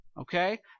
Okay